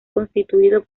constituido